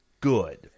good